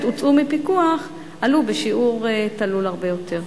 הוצאו מפיקוח עלו בשיעור תלול הרבה יותר.